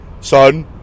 Son